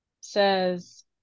says